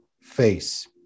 face